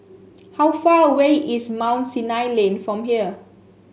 how far away is Mount Sinai Lane from here